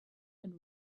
and